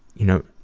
you know,